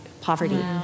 poverty